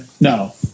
No